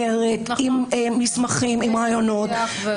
בין שנתיים לשלוש יש 5,400 תיקים.